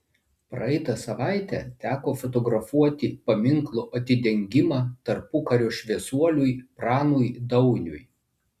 praeitą savaitę teko fotografuoti paminklo atidengimą tarpukario šviesuoliui pranui dauniui